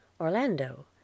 Orlando